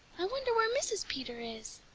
i wonder where mrs. peter is.